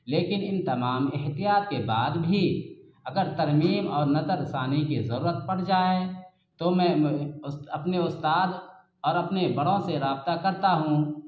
لیکن ان تمام احتیاط کے بعد بھی اگر ترمیم اور نطر ثانی کے ضرورت پڑ جائے تو میں اپنے استاذ اور اپنے بڑوں سے رابطہ کرتا ہوں